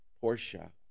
Portia